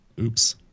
Oops